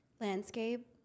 landscape